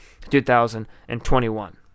2021